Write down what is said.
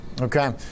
Okay